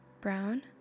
brown